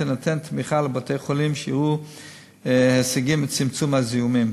תינתן תמיכה לבתי-חולים שיראו הישגים בצמצום הזיהומים.